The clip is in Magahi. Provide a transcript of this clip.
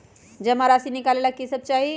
जमा राशि नकालेला कि सब चाहि?